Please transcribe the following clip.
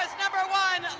number one,